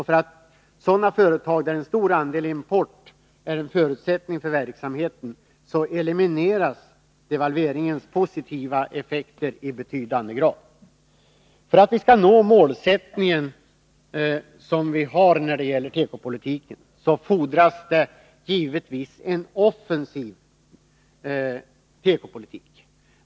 För sådana företag där en stor andel import är en förutsättning för verksamheten elimineras devalveringens positiva effekter i betydande grad. För att vi skall nå målsättningen när det gäller tekoindustrin fordras givetvis en offensiv tekopolitik.